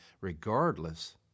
regardless